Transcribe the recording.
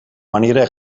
manera